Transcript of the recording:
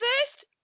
first